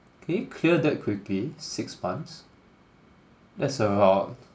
can you clear that quickly six months that's about